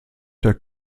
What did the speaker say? der